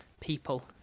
people